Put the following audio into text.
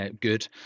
good